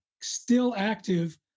still-active